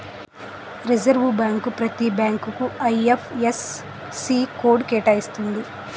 reserve bank ప్రతి బ్యాంకుకు IFSC code కేటాయిస్తుంది